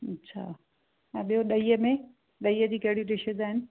अच्छा ऐं ॿियों ॾहीअ में ॾहीअ जी केड़ियूं डिशिज आहिनि